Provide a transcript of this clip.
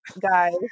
guys